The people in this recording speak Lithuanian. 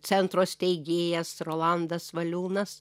centro steigėjas rolandas valiūnas